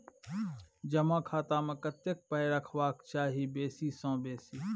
जमा खाता मे कतेक पाय रखबाक चाही बेसी सँ बेसी?